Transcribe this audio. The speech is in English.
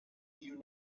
you